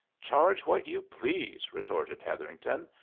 charge what you please, retorted hetherington.